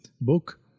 book